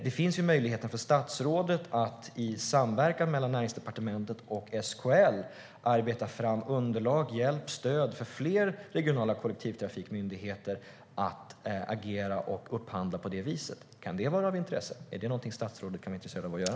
Det finns ju möjlighet för statsrådet att i samverkan mellan Näringsdepartementet och SKL arbeta fram underlag, hjälp och stöd för fler regionala kollektivtrafikmyndigheter att agera och upphandla på det viset. Kan det vara av intresse? Är det någonting som statsrådet kan vara intresserad av att göra?